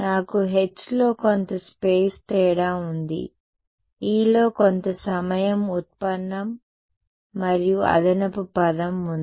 నాకు Hలో కొంత స్పేస్ తేడా ఉంది E లో కొంత సమయం ఉత్పన్నం మరియు అదనపు పదం ఉంది